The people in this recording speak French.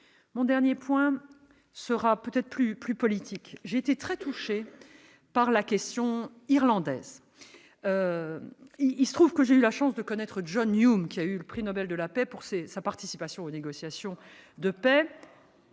Mon dernier point sera plus politique. Je suis très touchée par la question irlandaise. Il se trouve que j'ai eu la chance de connaître John Hume, à qui a été décerné le prix Nobel de la paix pour sa participation aux négociations de paix.